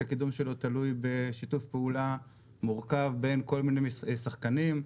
תלוי בשיתוף פעולה מורכב בין כל מיני שחקנים,